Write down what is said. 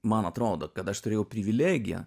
man atrodo kad aš turėjau privilegiją